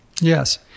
Yes